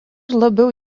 labiau